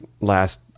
last